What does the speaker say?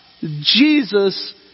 Jesus